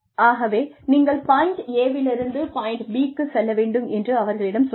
ஆகவே நீங்கள் point A லிருந்து பாயிண்ட் B -க்கு செல்ல வேண்டும் என்று அவர்களிடம் சொல்லுங்கள்